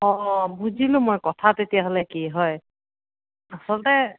অঁ অঁ বুজিলোঁ মই কথা তেতিয়াহ'লে কি হয় আচলতে